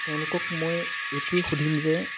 তেওঁলোকক মই এইটোৱেই সুধিম যে